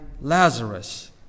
Lazarus